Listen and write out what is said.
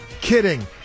Kidding